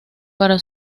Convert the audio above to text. para